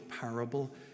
parable